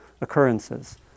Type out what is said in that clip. occurrences